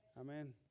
Amen